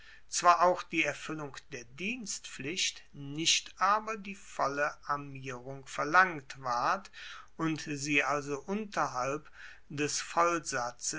zwar auch die erfuellung der dienstpflicht nicht aber die volle armierung verlangt ward und sie also unterhalb des